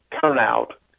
turnout